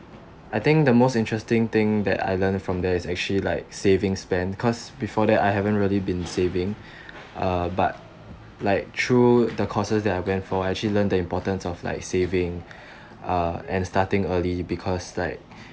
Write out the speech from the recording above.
I think the most interesting thing that I learnt from there is actually like savings plan cause before that I haven't really been saving uh but like through the courses that I went for I actually learnt the importance of like saving uh and starting early because like